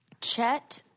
chet